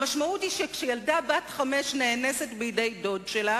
המשמעות היא שכשילדה בת חמש נאנסת בידי דוד שלה